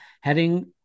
heading